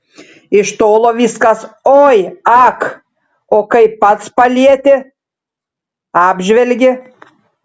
iš tolo viskas oi ak o kai pats palieti apžvelgi